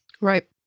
Right